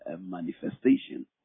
manifestation